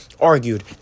argued